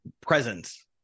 presence